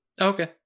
Okay